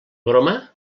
broma